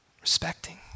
Respecting